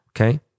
Okay